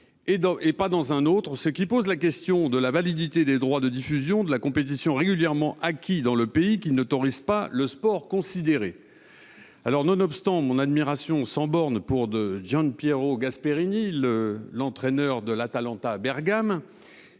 pas dans un autre, ce qui pose la question de la validité des droits de diffusion de la compétition régulièrement acquis dans le pays qui n'autorise pas le sponsor considéré. Nonobstant mon admiration sans bornes pour Gian Piero Gasperini, l'entraîneur de l'Atalanta Bergame,